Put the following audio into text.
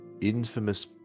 infamous